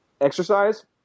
exercise